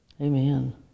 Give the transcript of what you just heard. Amen